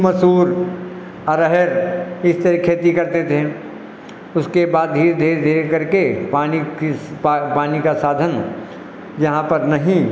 मसूर अरहर इस तरह खेती करते थे उसके बाद धीरे धीरे धीरे करके पानी किस पानी का साधन जहाँ पर नहीं